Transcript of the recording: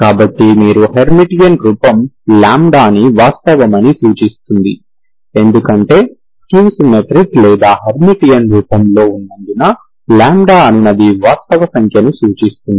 కాబట్టి మీరు హెర్మిటియన్ రూపం λ ని వాస్తవమని సూచిస్తుంది ఎందుకంటే స్క్యూ సిమెట్రిక్ లేదా హెర్మిటియన్ రూపంలో ఉన్నందున λ అనునది వాస్తవ సంఖ్యని సూచిస్తుంది